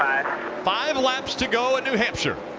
five laps to go in new hampshire.